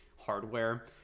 hardware